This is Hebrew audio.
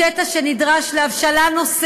משום שהקטע הקנייני הוא קטע שנדרש להבשלה נוספת,